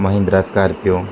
Mahindra scorpio